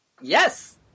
Yes